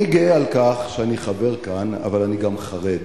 אני גאה על כך שאני חבר כאן אבל אני גם חרד.